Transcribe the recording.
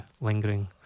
lingering